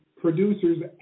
Producers